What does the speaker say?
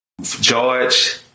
George